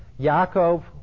Yaakov